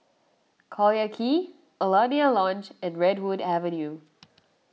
Collyer Quay Alaunia Lodge and Redwood Avenue